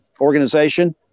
organization